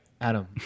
Adam